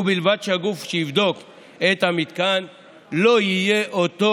ובלבד שהגוף שיבדוק את המתקן לא יהיה אותו